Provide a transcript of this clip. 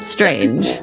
Strange